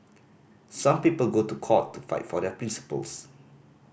some people go to court to fight for their principles